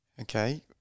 Okay